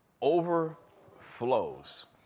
Overflows